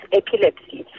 epilepsy